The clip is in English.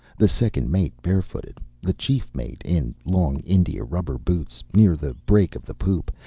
the second mate barefooted, the chief mate in long india-rubber boots, near the break of the poop,